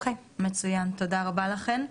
תודה רבה לכן.